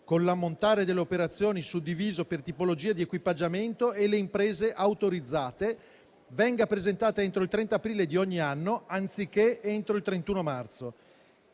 con l'ammontare delle operazioni suddiviso per tipologia di equipaggiamento e le imprese autorizzate, venga presentata entro il 30 aprile di ogni anno anziché entro il 31 marzo,